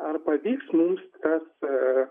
ar pavyks mums tas